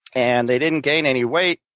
and they didn't gain any weight,